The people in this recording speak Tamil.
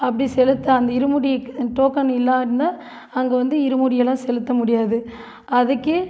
அப்படி செலுத்த அந்த இருமுடிக்கு டோக்கன் இல்லா இருந்தால் அங்கே வந்து இருமுடியெல்லாம் செலுத்த முடியாது அதுக்கே